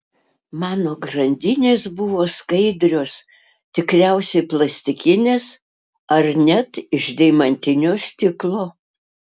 mano grandinės buvo skaidrios tikriausiai plastikinės ar net iš deimantinio stiklo